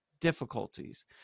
difficulties